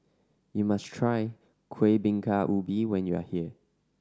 you must try Kueh Bingka Ubi when you are here